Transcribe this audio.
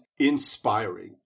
inspiring